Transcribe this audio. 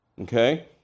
Okay